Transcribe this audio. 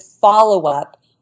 follow-up